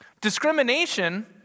Discrimination